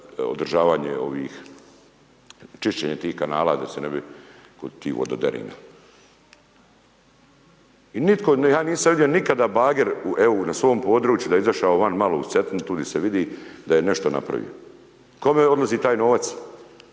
održavanje, čišćenje tih kanala, da se ne bi …/Govornik se ne razumije./… I nitko, ja nisam vidio nikada bager na svom području, da je izašao van malo uz Cetinu tu di se vidi, da je nešto napravio. Kome odlazi taj novac?